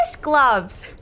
gloves